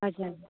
हजुर